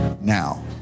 now